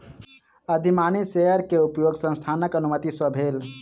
अधिमानी शेयर के उपयोग संस्थानक अनुमति सॅ भेल